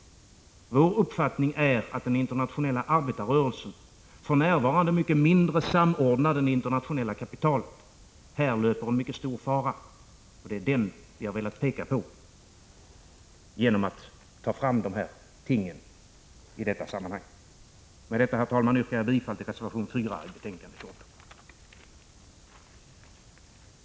Vår uppfattning är att den internationella arbetarrörelsen, för närvarande mycket mindre samordnad än det internationella kapitalet, här löper en mycket stor fara. Det är den jag har velat peka på i det här sammanhanget. Med detta, herr talman, yrkar jag bifall till reservation 4 vid betänkande 28.